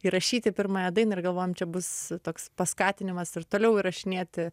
įrašyti pirmąją dainą ir galvojom čia bus toks paskatinimas ir toliau įrašinėti